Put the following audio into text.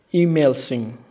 ꯏꯃꯦꯜꯁꯤꯡ